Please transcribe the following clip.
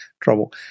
trouble